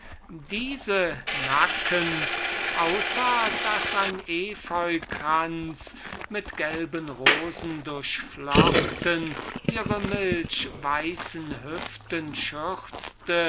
diese nackend außer daß ein efeukranz mit gelben rosen durchflochten ihre milchweißen hüften